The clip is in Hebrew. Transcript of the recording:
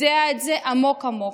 יודע את זה עמוק עמוק.